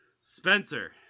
Spencer